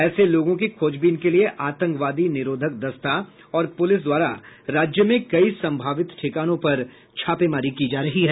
ऐसे लोगों की खोजबीन के लिये आतंकवादी निरोधक दस्ता और पूलिस द्वारा राज्य में कई संभावित ठिकानों पर छापेमारी की जा रही है